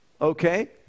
Okay